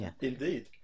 Indeed